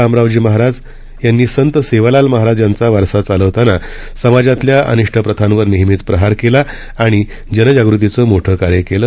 रामरावजी महाराज यांनी संत सेवालाल महाराज यांचा वारसा चालवताना समाजातील अनिष्ट प्रथांवर नेहमीच प्रहार केला आणि जनजागृतीचं मोठं कार्य केलं